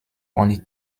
only